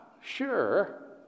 sure